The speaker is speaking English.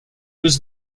was